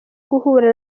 guhura